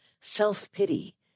self-pity